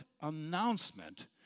announcement